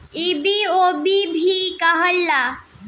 ई बी.ओ.बी भी कहाला